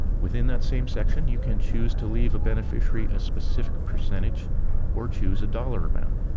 within that same section, you can choose to leave a beneficiary a specific percentage or choose a dollar amount.